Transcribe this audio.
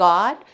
God